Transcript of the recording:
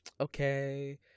Okay